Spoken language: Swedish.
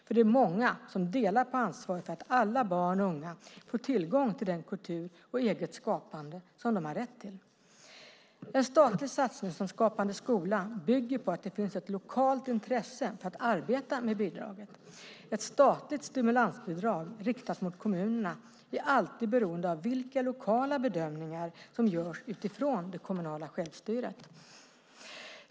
För det är många som delar på ansvaret för att alla barn och unga får tillgång till den kultur och eget skapande som de har rätt till. En statlig satsning som Skapande skola bygger på att det finns ett lokalt intresse för att arbeta med bidraget. Ett statligt stimulansbidrag riktat mot kommunerna är alltid beroende av vilka lokala bedömningar som görs utifrån det kommunala självstyret.